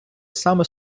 саме